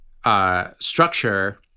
Structure